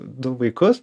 du vaikus